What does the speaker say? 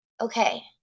okay